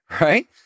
Right